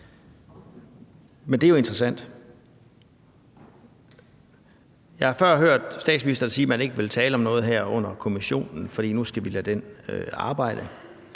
Men det er jo interessant. Jeg har før hørt statsministeren sige, at man ikke ville tale om noget under kommissionen, fordi vi nu skal lade den arbejde.